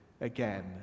again